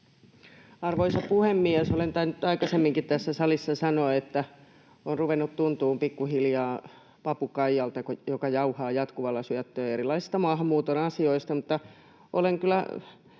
Arvoisa puhemies! Olen tainnut aikaisemminkin tässä salissa sanoa, että olen pikkuhiljaa ruvennut tuntumaan papukaijalta, joka jauhaa jatkuvalla syötöllä erilaisista maahanmuuton asioista,